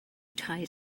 tie